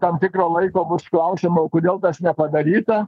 tam tikro laiko bus klausiama o kodėl tas nepadaryta